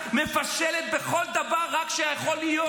מפשלת בכל דבר שרק יכול להיות.